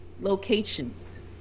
locations